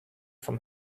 from